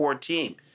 team